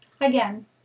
again